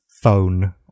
phone